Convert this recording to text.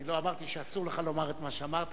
אני לא אמרתי שאסור לך לומר את מה שאמרת.